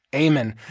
ayman.